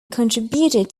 contributed